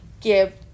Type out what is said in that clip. give